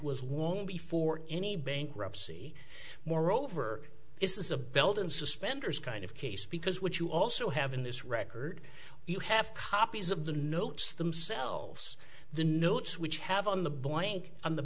was won't be for any bankruptcy moreover this is a belt and suspenders kind of case because what you also have in this record you have copies of the notes themselves the notes which have on the blank on the